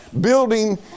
building